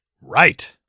Right